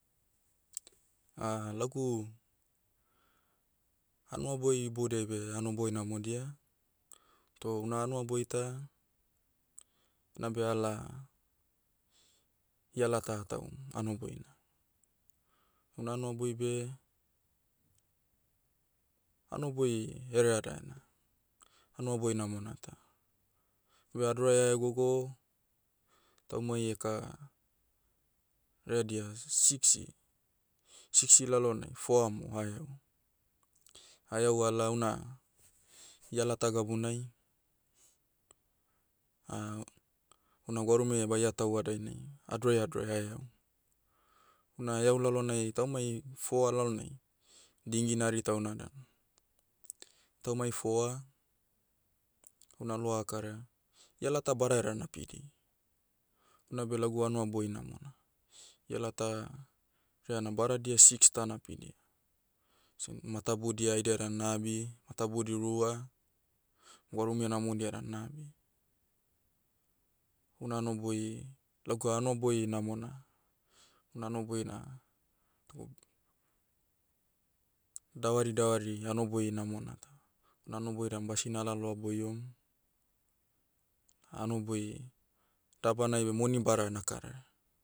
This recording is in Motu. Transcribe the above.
lagu, hanuaboi iboudiai beh hanoboi namodia. Toh una hanuaboi ta, nabe ala, ialata atahum, hanoboina. Ouna hanoboi beh, hanoboi hereadaena. Hanuaboi namona ta. Be adorai ahegogo, taumai eka, readia sixi. Sixi lalonai foa mo haeau. Haeau ala una, ialata gabunai, una gwarume baia tahua dainai, adrai adrai aheau. Una heau lalonai taumai, foa lalonai, dingi nari tauna dan. Taumai foa, huna loa akaraia. Ialata badaherea napidi. Unabe lagu hanuaboi namona. Ialata, reana badadia six ta napidi. S- matabudi haidia dan na abi, matabudi rua, gwarume namodia dan na abi. Una hanoboi, lauka hanoboi namona. Una hanoboi na, davari davari hanoboi namona ta. Na hanoboi dan basina laloa boiom. Hanoboi, dabanai beh moni badara nakara,